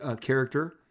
character